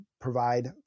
provide